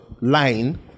line